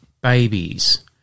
Babies